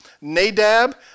Nadab